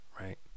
right